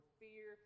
fear